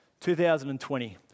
2020